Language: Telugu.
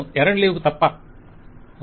ఎరండు లీవ్ కు తప్ప వెండర్ ఓకె